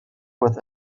with